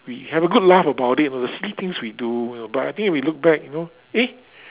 we have a good laugh about it at the silly things we do but I think we look back you know eh